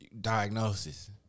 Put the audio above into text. diagnosis